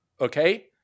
Okay